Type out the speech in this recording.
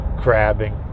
crabbing